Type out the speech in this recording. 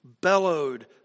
bellowed